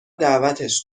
دعوتش